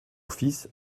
fils